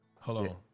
Hello